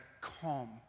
calm